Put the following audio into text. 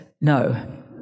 no